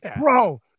Bro